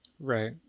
Right